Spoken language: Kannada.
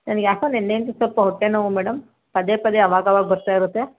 ನನಗೆ ಯಾಕೋ ನಿನ್ನೆಯಿಂದ ಸ್ವಲ್ಪ ಹೊಟ್ಟೆ ನೋವು ಮೇಡಮ್ ಪದೇ ಪದೇ ಅವಾಗ ಅವಾಗ ಬರ್ತಾಯಿರುತ್ತೆ